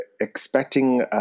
expecting